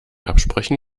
absprechen